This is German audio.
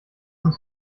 uns